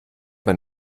man